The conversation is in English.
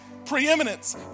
Preeminence